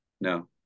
No